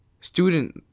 student